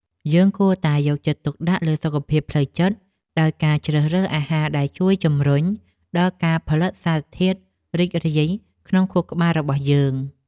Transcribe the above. យើងគួរតែយកចិត្តទុកដាក់លើសុខភាពផ្លូវចិត្តដោយការជ្រើសរើសអាហារដែលជួយជម្រុញដល់ការផលិតសារធាតុរីករាយ ក្នុងខួរក្បាលរបស់យើង។